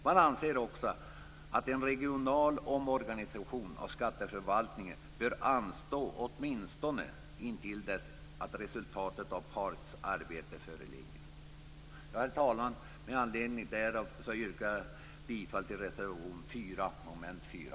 Man anser också att en regional omorganisation av skatteförvaltningen bör anstå åtminstone till dess att resultatet av PARK:s arbete föreligger. Herr talman! Med anledning därav yrkar jag bifall till reservation 4 avseende mom. 4.